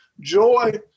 joy